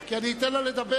כי אני אתן לה לדבר.